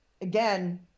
again